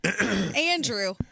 Andrew